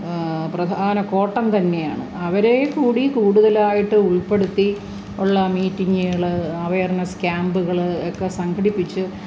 പ്രധാന കോട്ടം തന്നെയാണ് അവരെ കൂടി കൂടുതലായിട്ട് ഉൾപ്പെടുത്തി ഉള്ള മീറ്റിങ്ങുകൾ ആവേർനെസ് ക്യാമ്പുകൾ ഒക്കെ സംഘടിപ്പിച്ച്